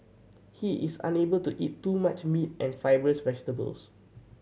he is unable to eat too much meat and fibrous vegetables